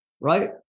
right